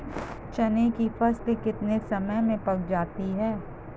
चने की फसल कितने समय में पक जाती है?